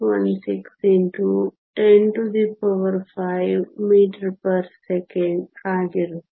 16 x 105 m s 1 ಆಗಿರುತ್ತದೆ